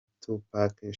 tupac